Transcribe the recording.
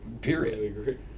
Period